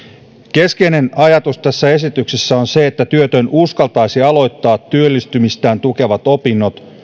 keskeinen ajatus tässä esityksessä on se että työtön uskaltaisi aloittaa työllistymistään tukevat opinnot